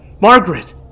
Margaret